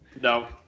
No